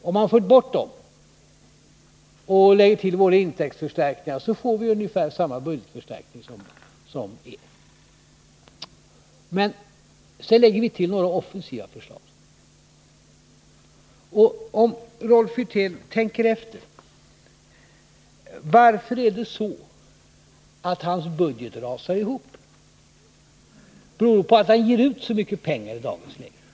Om man får bort detta och lägger till våra intäktsförstärkningar, så får vi ungefär samma budgetförstärkning som ni. Men sedan lägger vi till några offensiva förslag. Och Rolf Wirtén kan tänka efter varför hans budget rasar ihop. Beror det på att han ger ut så mycket pengar i dagens läge?